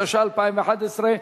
התשע"א 2011,